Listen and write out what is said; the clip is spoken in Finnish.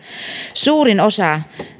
suurin osa